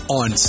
on